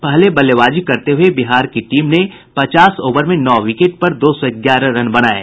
पहले बल्लेबाजी करते हुये बिहार की टीम ने पचास ओवर में नौ विकेट पर दो सौ ग्यारह रन बनाये